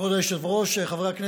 כבוד היושב-ראש, חברי הכנסת,